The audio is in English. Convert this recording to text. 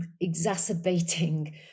exacerbating